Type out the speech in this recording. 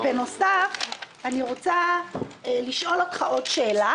בנוסף, אני רוצה לשאול אותך עוד שאלה